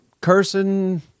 cursing